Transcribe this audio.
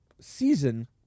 season